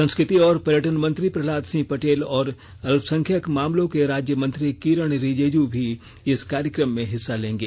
संस्कृति और पर्यटन मंत्री प्रह्लाद सिंह पटेल और अल्पसंख्यक मामलों के राज्य मंत्री किरेन रिजिजू भी इस कार्यक्रम में हिस्सा लेंगे